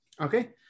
Okay